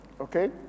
Okay